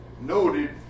noted